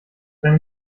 seine